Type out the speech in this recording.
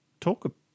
talk